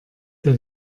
der